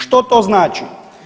Što to znači?